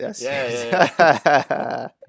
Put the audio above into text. Yes